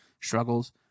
struggles